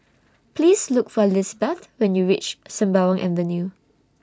Please Look For Lisbeth when YOU REACH Sembawang Avenue